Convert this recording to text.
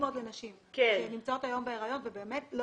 אני חושבת שזה חשוב מאוד לנשים שנמצאות היום בהריון ובאמת לא